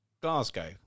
Glasgow